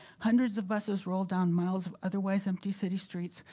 hundreds of buses roll down miles of otherwise empty city streets,